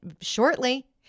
shortly